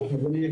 אנחנו כן